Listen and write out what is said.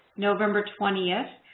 november twentieth,